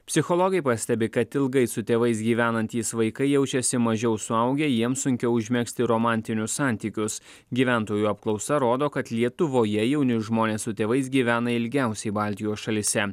psichologai pastebi kad ilgai su tėvais gyvenantys vaikai jaučiasi mažiau suaugę jiems sunkiau užmegzti romantinius santykius gyventojų apklausa rodo kad lietuvoje jauni žmonės su tėvais gyvena ilgiausiai baltijos šalyse